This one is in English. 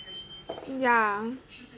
ya